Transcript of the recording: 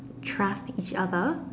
trust each other